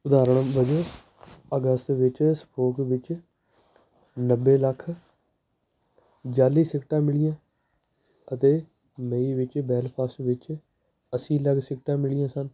ਉਦਾਹਰਨ ਵਜੋਂ ਅਗਸਤ ਵਿੱਚ ਸਫੋਕ ਵਿੱਚ ਨੱਬੇ ਲੱਖ ਜਾਅਲੀ ਸਿਗਰਟਾਂ ਮਿਲੀਆਂ ਅਤੇ ਮਈ ਵਿੱਚ ਬੈਲਫਾਸ ਵਿੱਚ ਅੱਸੀ ਲੱਖ ਸਿਗਰਟਾਂ ਮਿਲੀਆਂ ਸਨ